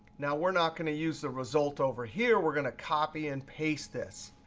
now, we're not going to use the result over here. we're going to copy and paste this.